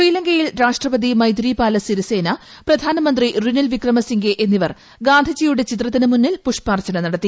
ശ്രീലങ്കയിൽ രാഷ്ട്രപതി മൈത്രി പാല സിരിസേന പ്രധാനമന്ത്രി റിനിൽ വിക്രമ സിംഗെ എന്നിവർ ഗാന്ധിജിയുടെ ചിത്രത്തിനു മുമ്പിൽ പുഷ്പാർച്ച നടത്തി